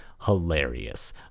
hilarious